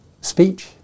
speech